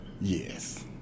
Yes